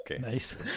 Nice